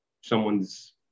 someone's